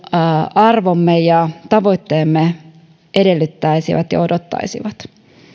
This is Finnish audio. arvomme ja tavoitteemme edellyttäisivät ja odottaisivat